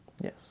Yes